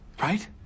right